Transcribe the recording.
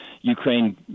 Ukraine